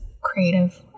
creative